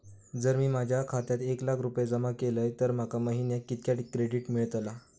जर मी माझ्या खात्यात एक लाख रुपये जमा केलय तर माका महिन्याक कितक्या क्रेडिट मेलतला?